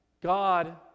God